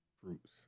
fruits